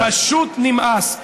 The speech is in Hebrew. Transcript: פשוט נמאס.